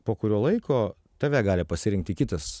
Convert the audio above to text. po kurio laiko tave gali pasirinkti kitas